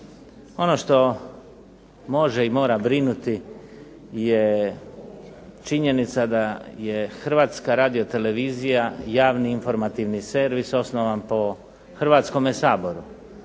Ono što može i mora brinuti je činjenica da je Hrvatska radiotelevizija javni informativni servis, osnovan po Hrvatskome saboru,